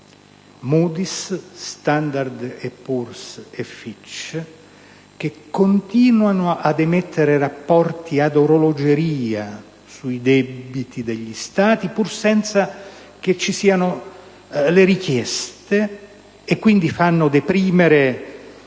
Moody's, Standard & Poor's e Fitch Ratings, continuano ad emettere rapporti ad orologeria sui debiti degli Stati, pur senza che ci siano le richieste, facendo quindi deprimere